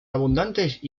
abundantes